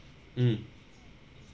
mm